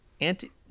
Anti